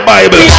Bible